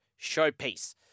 showpiece